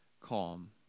calm